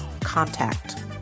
contact